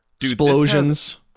Explosions